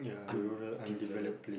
undeveloped